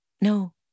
no